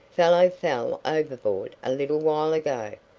fellow fell overboard a little while ago,